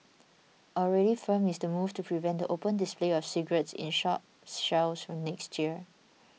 already firm is the move to prevent the open display of cigarettes in shop shelves from next year